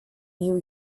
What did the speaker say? new